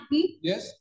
Yes